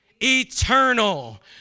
Eternal